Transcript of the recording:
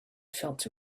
felt